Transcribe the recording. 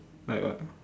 like what